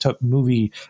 movie